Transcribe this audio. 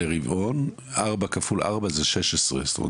אני שואל,